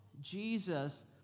Jesus